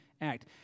act